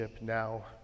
now